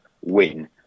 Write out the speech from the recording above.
win